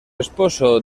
esposo